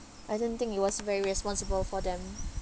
I didn't think it was very responsible for them